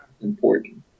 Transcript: important